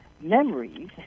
memories